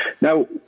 Now